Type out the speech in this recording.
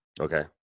Okay